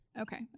Okay